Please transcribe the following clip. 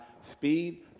speed